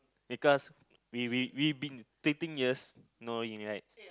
because we we've been thirteen years knowing right